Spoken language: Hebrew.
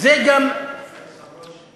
עץ הברושי.